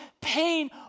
pain